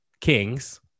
kings